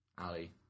Ali